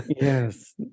Yes